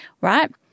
right